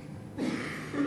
32)